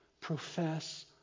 profess